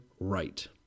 right